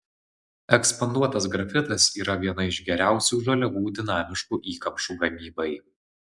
ekspanduotas grafitas yra viena iš geriausių žaliavų dinamiškų įkamšų gamybai